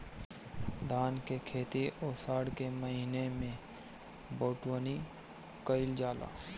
धान के खेती आषाढ़ के महीना में बइठुअनी कइल जाला?